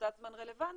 נקודת זמן רלוונטית,